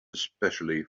especially